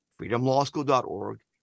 freedomlawschool.org